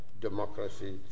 democracy